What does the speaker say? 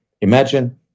imagine